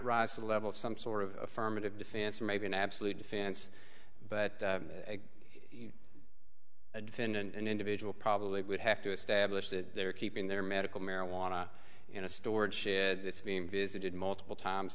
the level of some sort of affirmative defense or maybe an absolute defense but a defendant an individual probably would have to establish that they're keeping their medical marijuana in a storage shed that's being visited multiple times